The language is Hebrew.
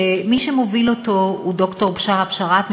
שמי שמוביל אותו הוא ד"ר בשארה בשאראת,